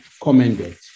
commended